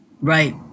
Right